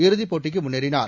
இறுதிப்போட்டிக்கு முன்னேறினார்